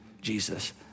Jesus